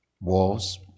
Wolves